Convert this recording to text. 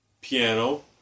piano